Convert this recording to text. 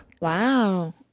Wow